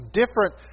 different